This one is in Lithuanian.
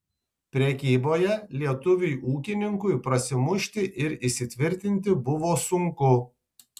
prekyboje lietuviui ūkininkui prasimušti ir įsitvirtinti buvo sunku